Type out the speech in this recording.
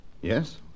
Yes